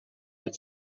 had